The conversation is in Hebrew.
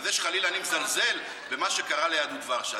זה שחלילה אני מזלזל במה שקרה ליהדות ורשה.